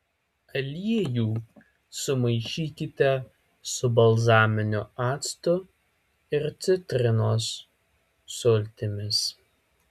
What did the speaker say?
aliejų sumaišykite su balzaminiu actu ir citrinos sultimis